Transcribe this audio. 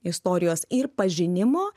istorijos ir pažinimo